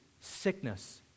sickness